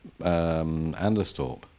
Anderstorp